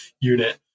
unit